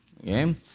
Okay